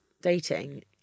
Dating